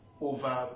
over